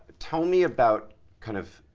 tell me about kind of